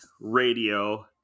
Radio